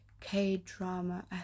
K-Drama